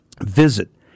Visit